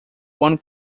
one